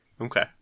Okay